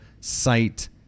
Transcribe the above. site